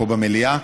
פה במליאה.